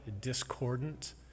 discordant